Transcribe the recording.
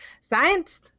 Science